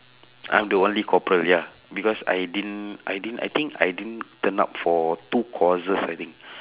I'm the only corporal ya because I didn't I didn't I think I didn't turn up for two courses I think